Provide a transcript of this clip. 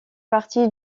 partie